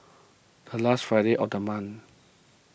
a last Friday of the month